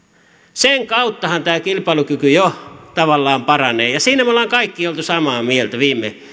sen kauttahan tämä kilpailukyky jo tavallaan paranee ja siitä me olemme kaikki olleet samaa mieltä viime